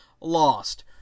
Lost